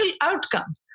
outcome